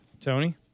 Tony